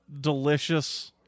delicious